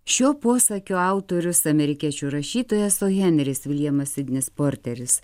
šio posakio autorius amerikiečių rašytojas o henris viljamas sidnis porteris